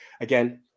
again